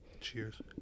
Cheers